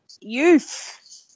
Youth